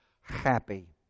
happy